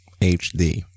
hd